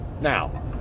Now